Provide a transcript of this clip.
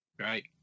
right